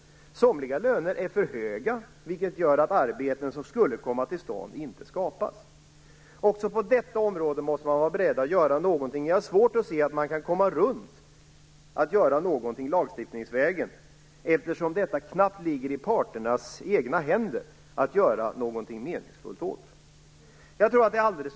Somliga löner är för höga, vilket gör att arbeten som skulle komma till stånd inte skapas. Också på detta område måste man vara beredd att göra någonting. Jag har svårt att se att man kan komma runt att göra någonting lagstiftningsvägen, eftersom det knappt ligger i parternas egna händer att göra någonting meningsfullt åt det.